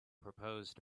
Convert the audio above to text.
proposed